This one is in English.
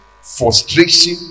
frustration